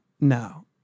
no